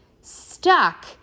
stuck